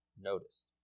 noticed